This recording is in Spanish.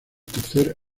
tercer